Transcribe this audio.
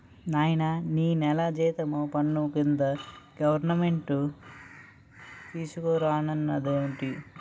నాయనా నీ నెల జీతం పన్ను కింద గవరమెంటు తీసుకున్నాదన్నావేటి